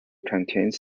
contains